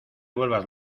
vuelvas